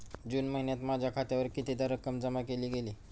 जून महिन्यात माझ्या खात्यावर कितीदा रक्कम जमा केली गेली?